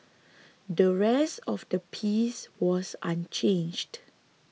the rest of the piece was unchanged